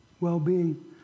well-being